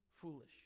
foolish